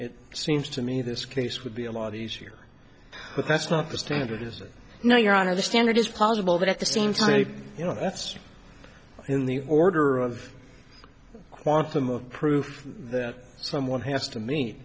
it seems to me this case would be a lot easier but that's not the standard is that now your honor the standard is possible but at the same time you know that's in the order of quantum of proof that someone has to me